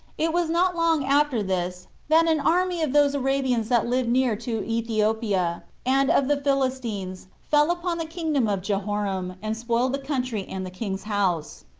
it was not long after this that an army of those arabians that lived near to ethiopia, and of the philistines, fell upon the kingdom of jehoram, and spoiled the country and the king's house.